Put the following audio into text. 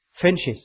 Finches